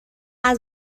ازش